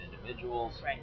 individuals